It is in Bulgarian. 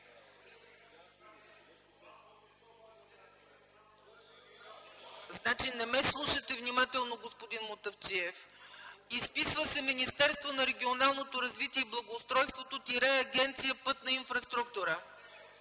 ЦАЧЕВА: Не ме слушате внимателно, господин Мутафчиев. Изписва се „Министерството на регионалното развитие и благоустройството, Агенция „Пътна инфраструктура”.